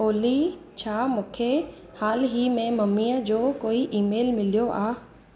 ओल्ली छा मूंखे हाल ई में मम्मीअ जो कोई ईमेल मिलियो आहे